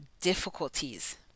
difficulties